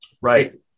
right